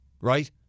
Right